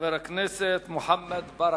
חבר הכנסת מוחמד ברכה.